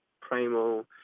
primal